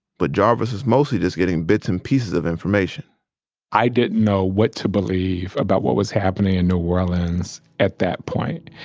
but jarvis was mostly just getting bits and pieces of information i didn't know what to believe about what was happening in new orleans at that point.